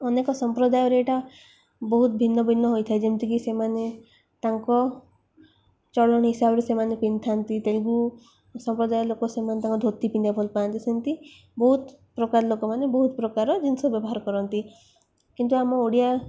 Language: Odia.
ଅନେକ ସମ୍ପ୍ରଦାୟରେ ଏଇଟା ବହୁତ ଭିନ୍ନ ଭିନ୍ନ ହୋଇଥାଏ ଯେମିତିକି ସେମାନେ ତାଙ୍କ ଚଳଣୀ ହିସାବରେ ସେମାନେ ପିନ୍ଧିଥାନ୍ତି ତେଲୁଗୁ ସମ୍ପ୍ରଦାୟ ଲୋକ ସେମାନେ ତାଙ୍କ ଧୋତି ପିନ୍ଧିବା ଭଲ ପାଆନ୍ତି ସେମିତି ବହୁତ ପ୍ରକାର ଲୋକମାନେ ବହୁତ ପ୍ରକାର ଜିନିଷ ବ୍ୟବହାର କରନ୍ତି କିନ୍ତୁ ଆମ ଓଡ଼ିଆ